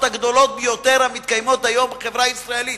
הגדולות ביותר המתקיימות היום בחברה הישראלית.